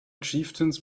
chieftains